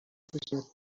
میکشمت